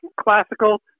classical